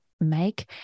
make